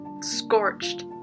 Scorched